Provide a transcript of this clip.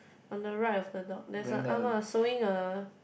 on the right of the door there is a ah ma sewing a